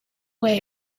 way